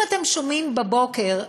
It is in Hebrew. אם אתם שומעים בבוקר,